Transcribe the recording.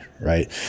Right